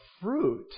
fruit